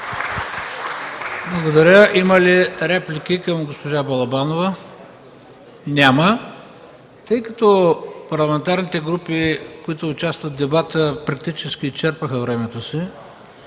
Благодаря. Има ли реплики към госпожа Балабанова? Няма. Тъй като парламентарните групи, които участват в дебата, практически изчерпаха времето си,